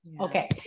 okay